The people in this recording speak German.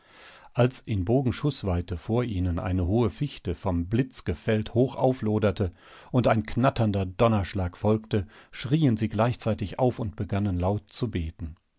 als in bogenschußweite vor ihnen eine hohe fichte vom blitz gefällt hoch aufloderte und ein knatternder donnerschlag folgte schrien sie gleichzeitig auf und begannen laut zu beten